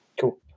cool